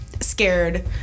scared